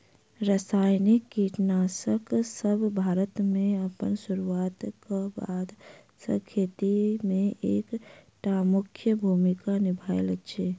रासायनिक कीटनासकसब भारत मे अप्पन सुरुआत क बाद सँ खेती मे एक टा मुख्य भूमिका निभायल अछि